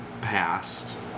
passed